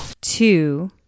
two